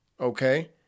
Okay